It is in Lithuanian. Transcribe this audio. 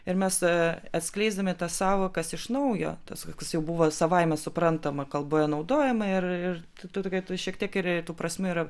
ir mes atskleisdami tas sąvokas iš naujo tas kas jau buvo savaime suprantama kalboje naudojama ir tu tokia tu šiek tiek ir tų prasmių yra